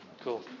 Cool